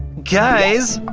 guys?